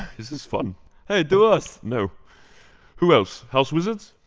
this is fun hey, do us no who else? house wizards?